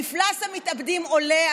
מפלס המתאבדים עולה,